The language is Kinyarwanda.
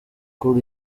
cool